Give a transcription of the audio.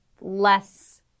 less